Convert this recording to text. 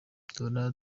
duhora